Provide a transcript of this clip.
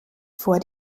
vor